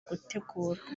gutegurwa